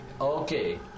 Okay